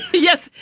yes.